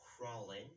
crawling